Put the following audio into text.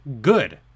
good